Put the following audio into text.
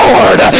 Lord